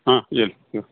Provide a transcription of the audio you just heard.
ಹಾಂ ಹೇಳಿ